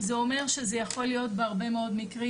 זה אומר שזה יכול להיות בהרבה מאוד מקרים,